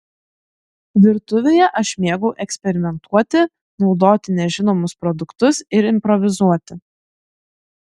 virtuvėje aš mėgau eksperimentuoti naudoti nežinomus produktus ir improvizuoti